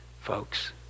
folks